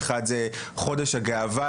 אחד זה חודש הגאווה,